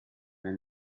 nel